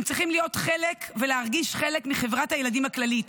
הם צריכים להיות חלק ולהרגיש חלק מחברת הילדים הכללית,